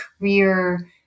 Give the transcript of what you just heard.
career